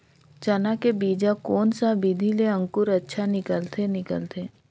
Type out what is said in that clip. चाना के बीजा कोन सा विधि ले अंकुर अच्छा निकलथे निकलथे